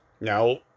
Now